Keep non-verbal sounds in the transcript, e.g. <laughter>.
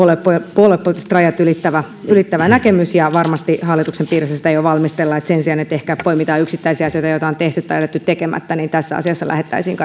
puoluepoliittiset rajat ylittävä ylittävä näkemys ja varmasti hallituksen piirissä jo valmistellaan sitä että sen sijaan että ehkä poimitaan yksittäisiä asioita joita on tehty tai jätetty tekemättä tässä asiassa lähdettäisiin <unintelligible>